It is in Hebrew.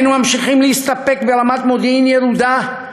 והיינו ממשיכים להסתפק ברמת מודיעין ירודה.